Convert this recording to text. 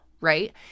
right